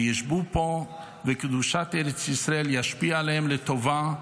יישבו פה וקדושת ארץ ישראל תשפיע עליהם לטובה,